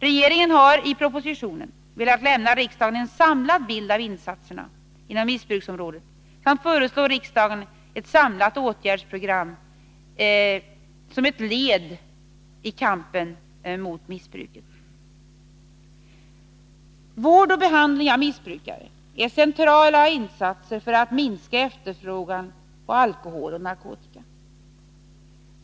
Regeringen har i propositionen velat lämna riksdagen en samlad bild av insatserna inom missbruksområdet samt föreslå riksdagen ett samlat åtgärdsprogram som ett led i kampen mot missbruket. Vård och behandling av missbrukare är centrala insatser för att minska efterfrågan på alkohol och narkotika.